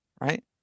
right